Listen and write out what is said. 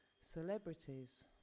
celebrities